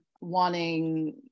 wanting